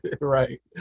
Right